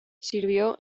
sirvió